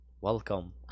welcome